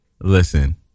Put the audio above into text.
listen